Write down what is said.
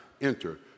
enter